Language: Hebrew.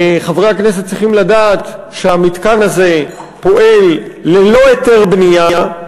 חברי הכנסת צריכים לדעת שהמתקן הזה פועל ללא היתר בנייה,